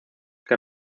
que